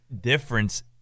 difference